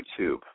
YouTube